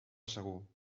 segur